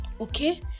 okay